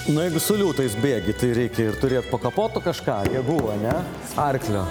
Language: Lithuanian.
na ir su liūtais bėgi tai reikia ir turėt po kapotu kažką jie buvo ne arklio